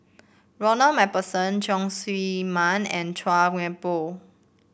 Ronald MacPherson Leong Chee Mun and Chua Thian Poh